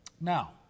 Now